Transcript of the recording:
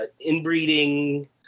inbreeding